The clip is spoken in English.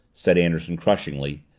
said anderson crushingly.